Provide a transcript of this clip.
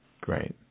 great